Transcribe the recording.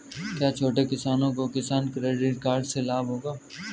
क्या छोटे किसानों को किसान क्रेडिट कार्ड से लाभ होगा?